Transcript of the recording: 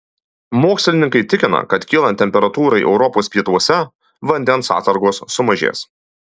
mokslininkai tikina kad kylant temperatūrai europos pietuose vandens atsargos sumažės